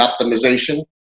optimization